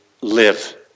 live